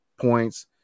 points